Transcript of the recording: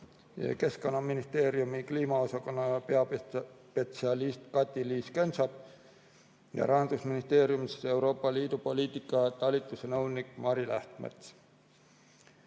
Keskkonnaministeeriumi kliimaosakonna peaspetsialist Kati-Liis Kensap ja Rahandusministeeriumi Euroopa Liidu poliitika talituse nõunik Mari Lahtmets.